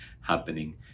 happening